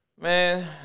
Man